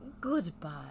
Goodbye